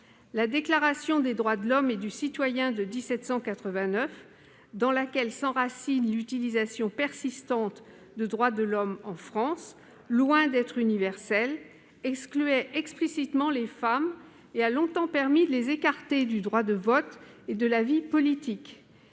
La Déclaration des droits de l'homme et du citoyen de 1789, dans laquelle s'enracine l'utilisation persistante de droits de l'homme en France, loin d'être universelle, excluait explicitement les femmes et a longtemps permis de les écarter du droit de vote et de la vie politique.